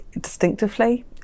distinctively